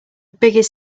biggest